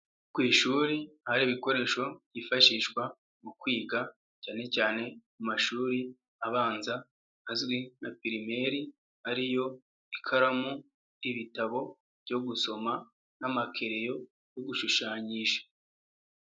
Ku ishuri hari ibikoresho yifashishwa mu kwiga cyane cyane mu mashuri abanza azwi nka pirimeri ariyo ikaramu, ibitabo byo gusoma n'amakereyo yo gushushanyisha.